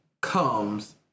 Comes